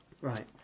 Right